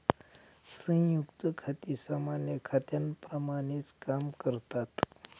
संयुक्त खाती सामान्य खात्यांप्रमाणेच काम करतात